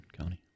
County